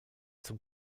zum